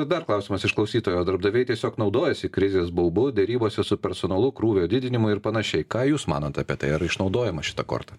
dar klausimas iš klausytojo darbdaviai tiesiog naudojasi krizės baubu derybose su personalu krūvio didinimui ir panašiai ką jūs manot apie tai ar išnaudojama šita korta